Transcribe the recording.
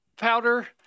powder